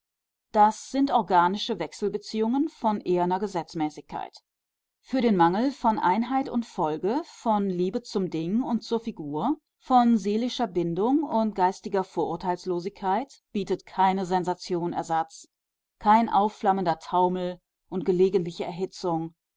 das sind organische wechselbeziehungen von eherner gesetzmäßigkeit für den mangel von einheit und folge von liebe zum ding und zur figur von seelischer bindung und geistiger vorurteilslosigkeit bietet keine sensation ersatz kein aufflammender taumel und gelegentliche erhitzung